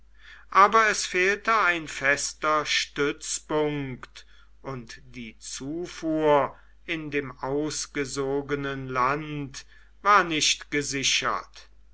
aber es fehlte ein fester stützpunkt und die zufuhr in dem ausgesogenen land war nicht gesichert